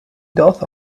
doth